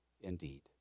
indeed